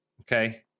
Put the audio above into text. Okay